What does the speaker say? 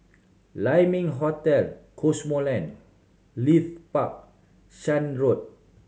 Lai Ming Hotel Cosmoland Leith Park Shan Road